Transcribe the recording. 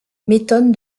m’étonne